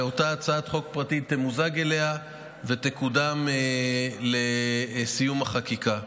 ואותה הצעת חוק פרטית תמוזג אליה ותקודם לסיום החקיקה.